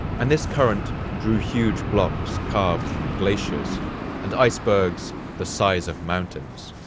and this current drew huge blocks carved from glaciers and icebergs the size of mountains.